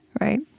right